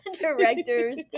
directors